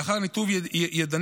לאחר ניתוב ידני,